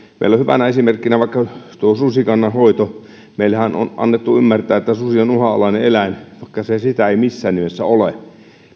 meillä on hyvänä esimerkkinä vaikka tuo susikannan hoito meidänhän on annettu ymmärtää että susi on uhanalainen eläin vaikka se ei sitä missään nimessä ole